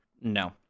no